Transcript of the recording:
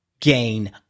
gain